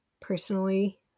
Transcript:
personally